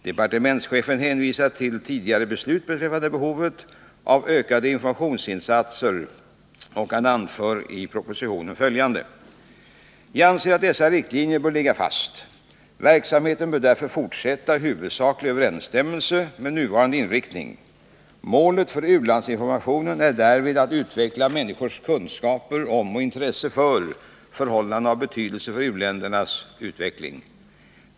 Departementschefen hänvisar till tidigare beslut beträffande behovet av ökade informationsinsatser och anför i propositionen bl.a.: ”Jag anser att dessa riktlinjer bör ligga fast. Verksamheten bör därför fortsätta i huvudsaklig överensstämmelse med nuvarande inriktning. Målet för u-landsinformationen är därvid att utveckla människors kunskaper om och intresse för förhållanden av betydelse för u-ländernas utveckling.